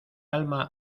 alma